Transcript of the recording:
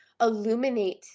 illuminate